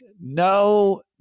No